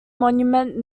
monument